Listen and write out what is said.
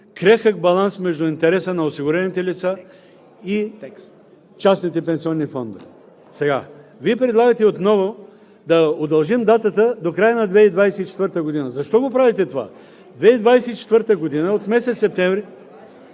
крехък баланс между интереса на осигурените лица и частните пенсионни фондове. Вие предлагате отново да удължим датата до края на 2024 г. Защо го правите това? 2024 г. от месец септември…